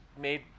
made